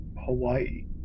Hawaii